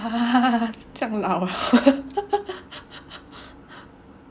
这样老